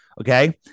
Okay